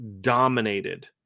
dominated